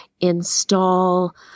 install